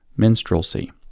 minstrelsy